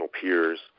peers